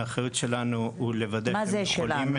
האחריות שלנו היא לוודא -- מה זה "שלנו"?